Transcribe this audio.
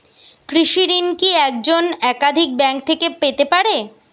কৃষিঋণ কি একজন একাধিক ব্যাঙ্ক থেকে পেতে পারে?